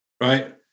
right